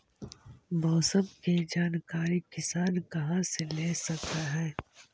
मौसम के जानकारी किसान कहा से ले सकै है?